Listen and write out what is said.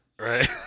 Right